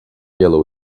yellow